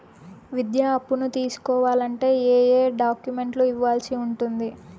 విద్యా అప్పును తీసుకోవాలంటే ఏ ఏ డాక్యుమెంట్లు ఇవ్వాల్సి ఉంటుంది